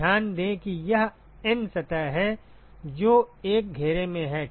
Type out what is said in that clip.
तो ध्यान दें कि यह N सतह है जो एक घेरे में है